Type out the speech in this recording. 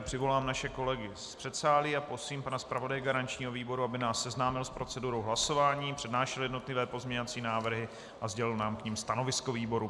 Přivolám naše kolegy z předsálí a prosím pana zpravodaje garančního výboru, aby nás seznámil s procedurou hlasování, přednášel jednotlivé pozměňovací návrhy a sdělil nám k nim stanovisko výboru.